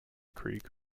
creek